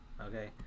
okay